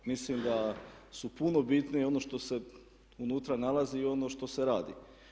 Mislim da je puno bitnije ono što se unutra nalazi i ono što se radi.